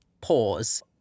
pause